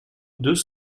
deux